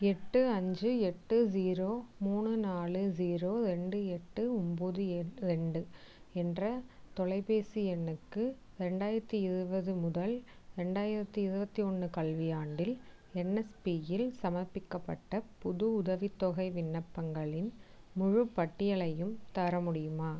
எட்டு அஞ்சு எட்டு ஜீரோ மூணு நாலு ஜீரோ ரெண்டு எட்டு ஒம்பது ரெண்டு என்ற தொலைபேசி எண்ணுக்கு ரெண்டாயிரத்து இருபது முதல் ரெண்டாயிரத்து இருபத்து ஒன்று கல்வியாண்டில் என்எஸ்பியில் சமர்ப்பிக்கப்பட்ட புது உதவித்தொகை விண்ணப்பங்களின் முழுப் பட்டியலையும் தர முடியுமா